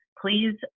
please